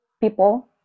people